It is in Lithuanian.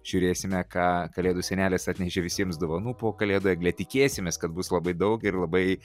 žiūrėsime ką kalėdų senelis atnešė visiems dovanų po kalėdų egle tikėsimės kad bus labai daug ir labai